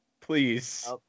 please